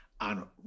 on